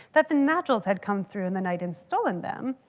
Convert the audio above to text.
that the naturals had come through in the night and stolen them,